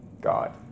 God